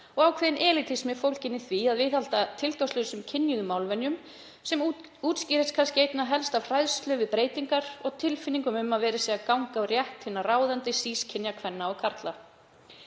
og ákveðin elítismi fólginn í því að viðhalda tilgangslausum kynjuðu málvenjum sem útskýrist kannski einna helst af hræðslu við breytingar og tilfinningu um að verið sé að ganga á rétt hinna ráðandi sískynja kvenna og karla.